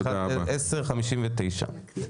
ניפגש ב-10:59.